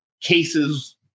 cases